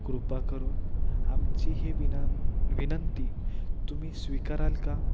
कृपा करून आमची ही विना विनंती तुम्ही स्वीकाराल का